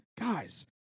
guys